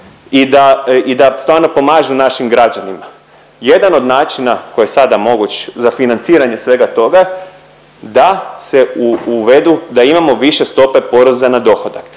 i da stvarno pomažu našim građanima. Jedan od načina koji je sada moguć za financiranje svega toga da se uvedu, da imamo više stope poreza na dohodak.